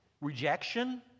rejection